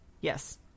Yes